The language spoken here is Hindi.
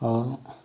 और